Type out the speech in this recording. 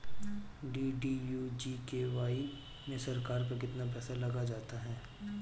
DDU GKY में सरकार का कितना पैसा लग जाता है?